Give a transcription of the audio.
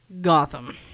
Gotham